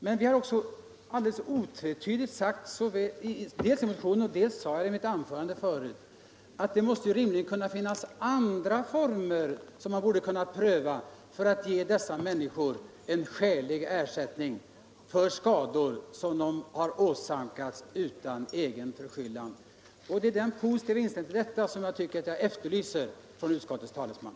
Men vi har alldelse otvetydigt sagt i motionen — och jag sade det också i mitt anförande tidigare — att det rimligen måste finnas andra former än via försäkringen som man borde kunna pröva för att ge dessa människor en skälig ersättning för skador som de har åsamkats utan egen förskyllan. Det är den positiva inställningen till detta som jag efterlyser hos utskottets talesman.